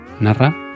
narra